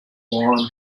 warm